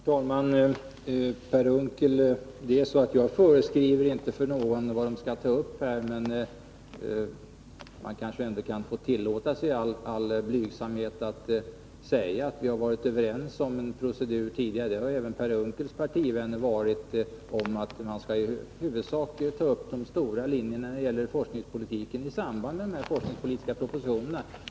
Herr talman! Per Unckel, jag föreskriver inte för någon vad man skall ta upp här. Men man kanske i all blygsamhet får säga att vi har varit överens om en procedur tidigare, det har även Per Unckels partivänner varit, som innebär att man i huvudsak tar upp de stora linjerna när det gäller forskningspolitiken i samband med de här forskningspolitiska propositionerna.